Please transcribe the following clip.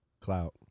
Clout